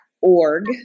org